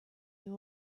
you